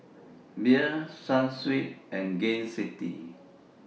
Bia Sunsweet and Gain City